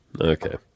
Okay